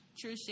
true